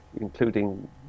including